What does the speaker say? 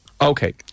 Okay